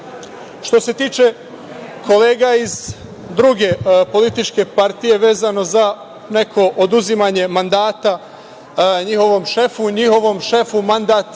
se tiče kolega iz druge političke partije, vezano za neko oduzimanje mandata njihovom šefu, njihovom šefu mandat